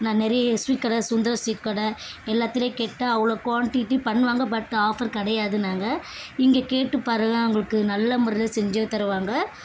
நான் நிறைய ஸ்வீட் கடை சுந்தர ஸ்வீட் கடை எல்லாத்திலையும் கேட்டுட்டேன் அவ்வளோ குவான்டிட்டி பண்ணுவாங்கள் பட் ஆஃபர் கிடையாதுன்னாங்க இங்கே கேட்டு பாருங்கள் உங்களுக்கு நல்ல முறையில் செஞ்சு தருவாங்கள்